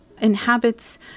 inhabits